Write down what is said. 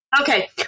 Okay